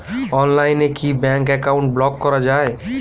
অনলাইনে কি bank account block করা য়ায়?